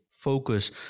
Focus